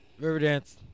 Riverdance